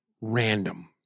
Random